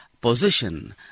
position